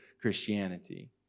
Christianity*